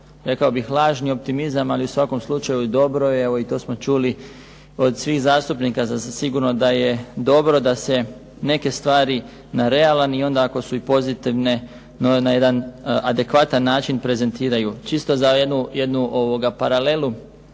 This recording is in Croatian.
rekao bih lažni optimizam, ali u svakom slučaju dobro je, evo i to smo čuli od svih zastupnika sasvim sigurno da je dobro da se neke stvari na realan i onda ako su i pozitivne na jedan adekvatan način prezentiraju. Čisto za jednu paralelu,